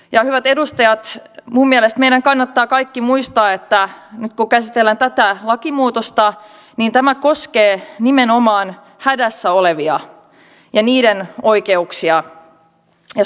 ja hyvät edustajat minun mielestäni meidän kannattaa kaikkien muistaa että nyt kun käsitellään tätä lakimuutosta niin tämä koskee nimenomaan hädässä olevia ja heidän oikeuksiaan ja suojelun tasoa